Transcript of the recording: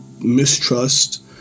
mistrust